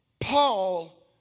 paul